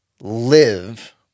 live